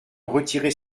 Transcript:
retirer